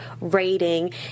rating